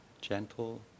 gentle